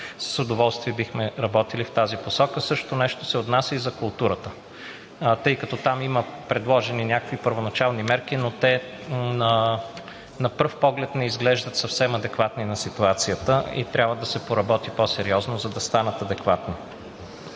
с удоволствие бихме работили в тази посока. Същото нещо се отнася и за културата, тъй като там има предложени някакви първоначални мерки, но те на пръв поглед не изглеждат съвсем адекватни на ситуацията и трябва да се поработи по-сериозно, за да станат адекватни.